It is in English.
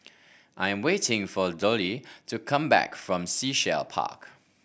I am waiting for Dollye to come back from Sea Shell Park